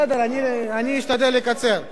בסדר, אני אשתדל לקצר.